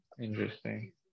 Interesting